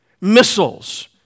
Missiles